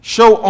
Show